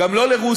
גם לא לרוסיה,